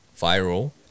viral